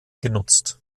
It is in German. genutzt